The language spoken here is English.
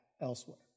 elsewhere